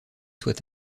soit